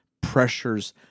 pressures